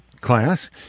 class